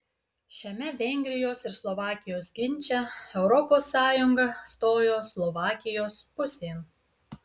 šiame vengrijos ir slovakijos ginče europos sąjunga stojo slovakijos pusėn